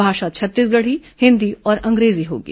भाषा छत्तीसगढ़ी हिन्दी और अंग्रेजी होगी